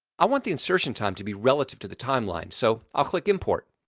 i want the insertion time to be relative to the timeline, so i'll click import.